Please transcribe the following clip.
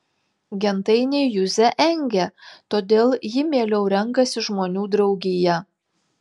gentainiai juzę engia todėl ji mieliau renkasi žmonių draugiją